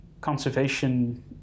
conservation